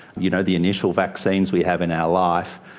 you know, the initial vaccines we have in our life,